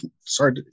Sorry